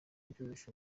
byoroshye